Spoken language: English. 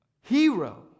hero